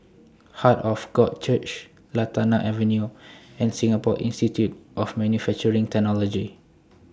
Heart of God Church Lantana Avenue and Singapore Institute of Manufacturing Technology